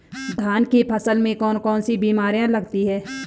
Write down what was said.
धान की फसल में कौन कौन सी बीमारियां लगती हैं?